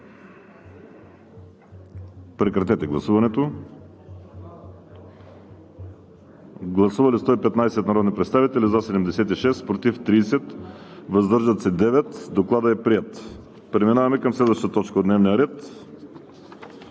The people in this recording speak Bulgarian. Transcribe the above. за младежта за 2019 г.“ Гласували 115 народни представители: за 76, против 30, въздържали се 9. Докладът е приет. Преминаваме към следващата точка от дневния ред: